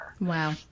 Wow